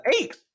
Eight